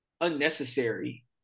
unnecessary